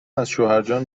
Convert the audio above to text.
ازشوهرجان